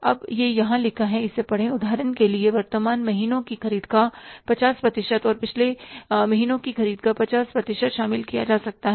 अब यह यहाँ लिखा है इसे पढ़ें उदाहरण के लिए वर्तमान महीनों की ख़रीद का 50 प्रतिशत और पिछले महीनों की ख़रीद का 50 प्रतिशत शामिल किया जा सकता है